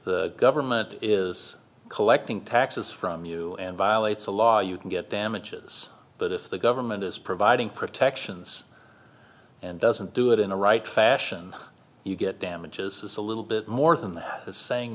the government is collecting taxes from you and violates a law you can get damages but if the government is providing protections and doesn't do it in a right fashion you get damages is a little bit more than that is saying